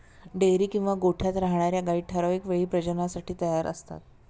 dairy किंवा गोठ्यात राहणार्या गायी ठराविक वेळी प्रजननासाठी तयार असतात